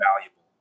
valuable